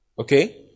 Okay